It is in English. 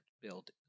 build